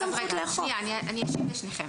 אני אשיב לשניכם.